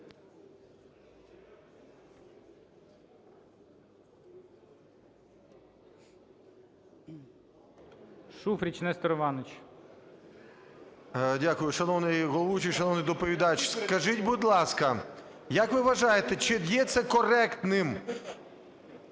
Дякую. Шановний головуючий, шановний доповідач, скажіть, будь ласка, як ви вважаєте, чи є це коректним